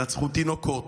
רצחו תינוקות,